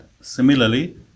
Similarly